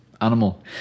animal